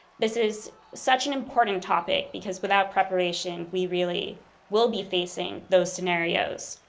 this is such an important topic, because without preparation, we really will be facing those scenarios.